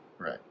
Right